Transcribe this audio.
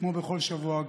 כמו בכל שבוע,